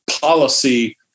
policy